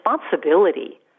responsibility